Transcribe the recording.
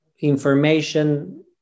information